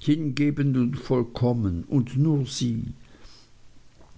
hingebend und vollkommen und nur sie